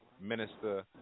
Minister